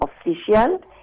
Official